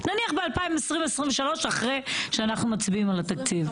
נניח ב-2023 אחרי שאנחנו מצביעים על התקציב.